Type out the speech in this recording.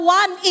one